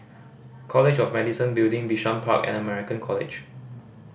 College of Medicine Building Bishan Park and American College